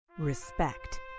Respect